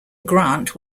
grant